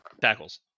tackles